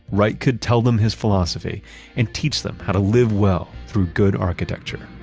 wright, could tell them his philosophy and teach them how to live well through good architecture